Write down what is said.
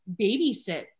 babysit